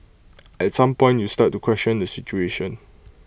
at some point you start to question the situation